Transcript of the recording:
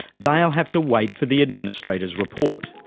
they'll have to wait for the administrators' report,